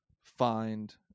find